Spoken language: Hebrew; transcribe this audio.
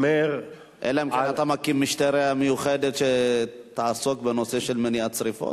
אלא אם כן אתה מקים משטרה מיוחדת שתעסוק בנושא של מניעת שרפות.